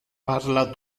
parla